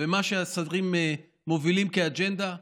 ומה שהשרים מובילים כאג'נדה.